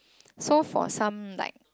so for some like